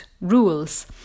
rules